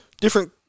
different